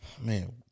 Man